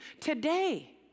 today